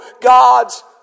God's